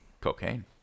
cocaine